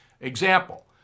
Example